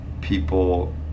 people